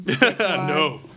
No